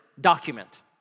document